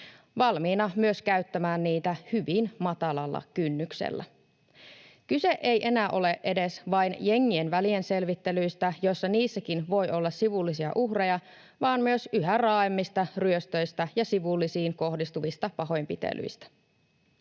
valmiina myös käyttämään niitä hyvin matalalla kynnyksellä. Kyse ei enää ole edes vain jengien välienselvittelyistä, joissa niissäkin voi olla sivullisia uhreja, vaan myös yhä raaimmista ryöstöistä ja sivullisiin kohdistuvista pahoinpitelyistä.